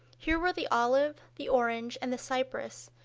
here were the olive, the orange, and the cypress,